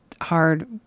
hard